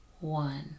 one